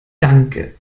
danke